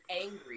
angry